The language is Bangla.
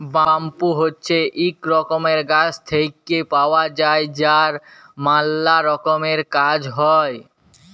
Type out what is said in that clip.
ব্যাম্বু হছে ইক রকমের গাছ থেক্যে পাওয়া যায় যার ম্যালা রকমের কাজ হ্যয়